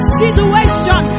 situation